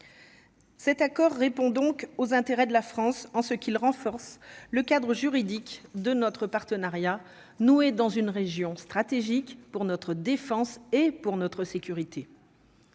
Cet accord répond donc aux intérêts de la France en ce qu'il renforce le cadre juridique de notre partenariat noué dans une région stratégique pour notre défense et pour notre sécurité.